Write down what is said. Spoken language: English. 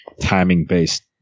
timing-based